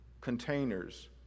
containers